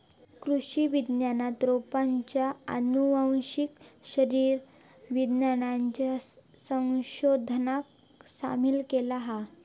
कृषि विज्ञानात रोपांच्या आनुवंशिक शरीर विज्ञानाच्या संशोधनाक सामील केला हा